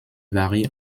varie